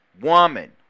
Woman